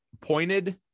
pointed